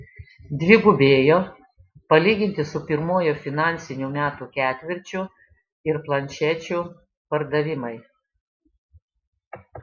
dvigubėjo palyginti su pirmuoju finansinių metų ketvirčiu ir planšečių pardavimai